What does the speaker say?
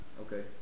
Okay